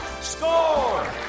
Score